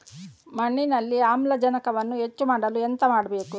ಮಣ್ಣಿನಲ್ಲಿ ಆಮ್ಲಜನಕವನ್ನು ಹೆಚ್ಚು ಮಾಡಲು ಎಂತ ಮಾಡಬೇಕು?